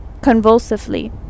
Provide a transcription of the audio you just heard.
convulsively